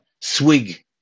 swig